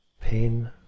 pain